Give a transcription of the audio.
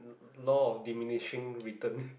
law of diminishing return